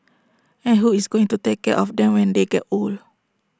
and who is going to take care of them when they get old